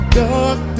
dark